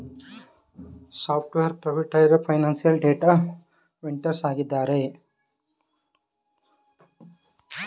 software provider, financial data vendors ಆಗಿದ್ದಾರೆ